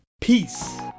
peace